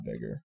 bigger